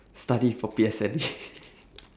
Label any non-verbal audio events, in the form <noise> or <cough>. study for P_S_L_E <laughs>